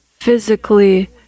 physically